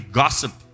gossip